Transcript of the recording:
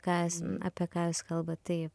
ką apie ką jūs kalbat taip